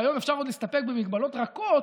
והיום עוד אפשר להסתפק במגבלות רכות,